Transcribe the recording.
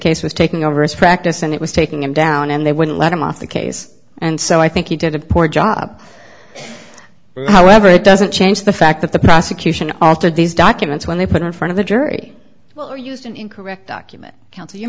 case was taking over his practice and it was taking him down and they wouldn't let him off the case and so i think he did a poor job however it doesn't change the fact that the prosecution altered these documents when they put in front of the jury well or used an incorrect document cou